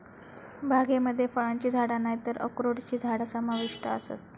बागेमध्ये फळांची झाडा नायतर अक्रोडची झाडा समाविष्ट आसत